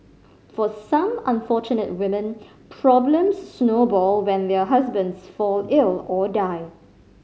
for some unfortunate women problems snowball when their husbands fall ill or die